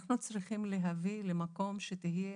אנחנו צריכים להביא למקום שתהיה